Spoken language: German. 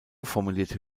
formulierte